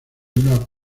una